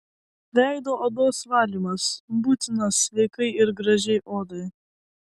veido odos valymas būtinas sveikai ir gražiai odai